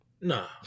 Nah